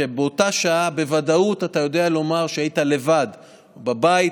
שבאותה שעה בוודאות אתה יודע לומר שהיית לבד בבית,